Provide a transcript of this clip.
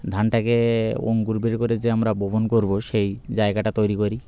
ধানটাকে অঙ্কুর বের করে যে আমরা বপন করবো সেই জায়গাটা তৈরি করি